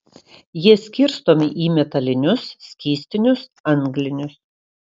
jie skirstomi į metalinius skystinius anglinius